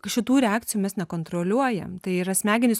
šitų reakcijų mes nekontroliuojam tai yra smegenys